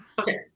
Okay